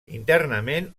internament